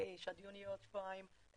שהדיון יהיה עוד שבועיים,